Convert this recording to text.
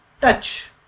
touch